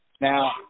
Now